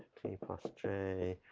t, plus j,